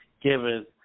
given